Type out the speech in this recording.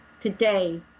today